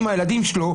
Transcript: אבל,